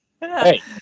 Hey